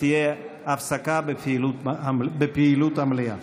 תהיה הפסקה בפעילות המליאה.